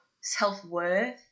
self-worth